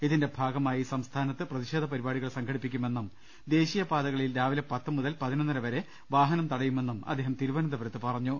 ഇതിന്റെ ഭാഗമായി സംസ്ഥാനത്ത് പ്രതിഷേധ പരിപാടികൾ സംഘടിപ്പിക്കുമെന്നും ദേശീയ പാതകളിൽ രാവിലെ പത്തു മുതൽ പതിനൊന്നര വരെ വാഹനം തടയുമെന്നും അദ്ദേഹം തിരുവനന്തപുരത്തു പറഞ്ഞു